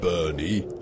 Bernie